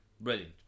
brilliant